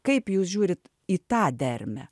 kaip jūs žiūrit į tą dermę